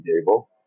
table